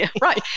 Right